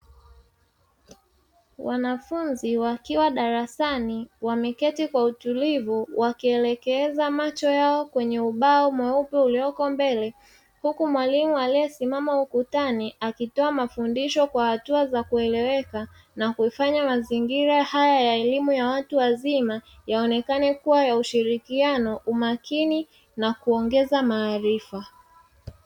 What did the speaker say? Wanafunzi wakiwa darasani wameketii kwa utulivu wakielekeza macho yao kwenye ubao mweupe ulioko mbele, huku mwalimu alisimama ukutani akitoa mafundisho kwa hatua za kueleweka na kuifanya mazingira haya ya elimu ya watu wazima yaonekane kuwa ya ushirikiano, umakini na kuongeza maarifa.